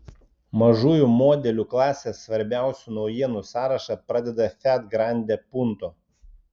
mažųjų modelių klasės svarbiausių naujienų sąrašą pradeda fiat grande punto